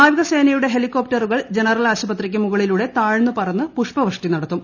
നാവികസേനയുടെ ഹെലികോപ്റ്ററുകൾ ജനറൽ ആശുപത്രിക്കു മുകളിലൂടെ താഴ്ന്നു പറന്ന് പുഷ്പവൃഷ്ടി നടത്തും